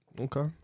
Okay